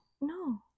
No